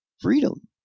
freedom